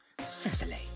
Cecily